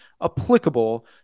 applicable